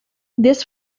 this